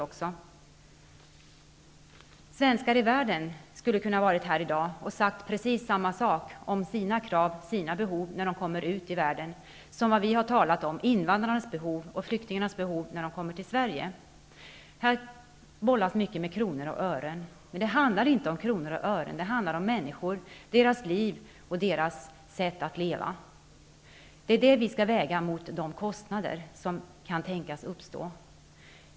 Representanter för föreningen Svenskar i världen skulle, om de hade varit här i dag, ha sagt precis samma sak om de krav och behov som de har när de kommer ut i världen som vi har sagt när det gäller invandrares och flyktingars behov när dessa kommer till Sverige. Här bollas det mycket med kronor och ören. Men det handlar inte om kronor och ören, utan det handlar om människor, människors liv och människors sätt att leva. Det är vad vi skall väga mot de kostnader som kan tänkas uppstå.